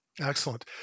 Excellent